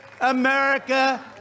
America